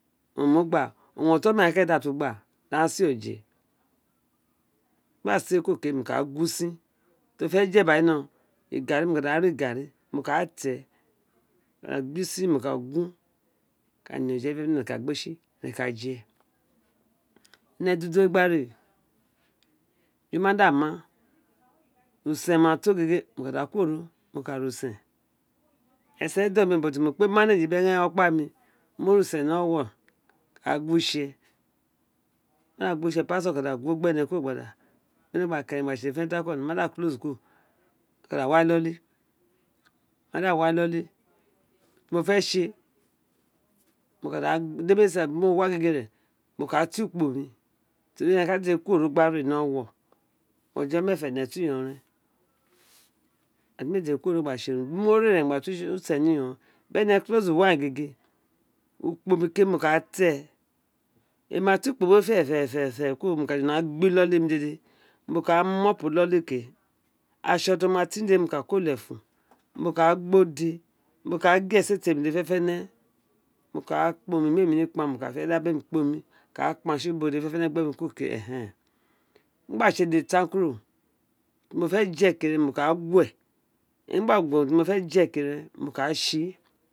Owun mo gba owun oton mr ghaan kerenfo kē̱rē̱nfọ gba mo gba sl ēē kuro ke mo ka gun usin tr o ma fē̱ jē eba nr no mo ka re gba rē igarri mo ka bi ẹ̄ẹ̄ mo ka gun usin mo ka gun mo ka niéè oje we mo bu mu tsl e̱n̄e̱ k je ē̱nẹ̄ dēdē gba re eje ma da ma usen ma to gēgē mo ka da kuworo mu ka re usen esen o don mr̄ óò dè mo ka da re usen mo kpe bī okpa mí mo ri usen ni ọwọwọ gba gu wo itse mo ma o da gu wo itse me da gu no go ene gba da kọ erin okuro ene wa re e̱ne̱ ka da wa ni iloli tr mo fe tsl ee mo ma da bi mo wa gege wo ka da tun ukpo ro te ri ẹnẹ ma keworo gba re ni owowo ughajo meefa ene tu wi iyon ren ren dr mo tete kuworo gha tse irun di mo re ren gba to usen ni yon dr énè kel wiyon gba wa gege ukpo ma ke mo ka ti ee emi ma tu ukpe we kuro fē̱rēférè kuro ano ka da gbi iloli we dede mo ka mi ̄ moppi iloli we ke atso er o ma trn dede mo ka ko lefun mo ka gba ode ma kāà gl esete mr fenefene mo ka kpo omi ti ina nenr kpan mo ka kpe aghaan dr a bemi kpan a ka kpan nr ubo dede fenefene teri gbe mr ukuro ke ọ̄ē̱ ẹ́ẹ́ mo gbe tsl ēē dede tan kuro ira ute mi fe de ke mo ka re gba gu we temi gba guwe temi fé, je ke mo ka tse